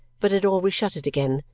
but had always shut it again,